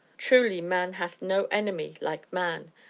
truly, man hath no enemy like man.